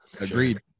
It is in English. agreed